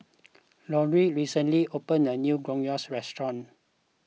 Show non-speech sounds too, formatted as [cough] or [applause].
[noise] Laureen recently opened a new Gyros Restaurant